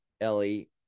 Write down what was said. Ellie